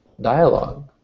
dialogue